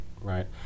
right